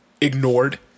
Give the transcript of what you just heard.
ignored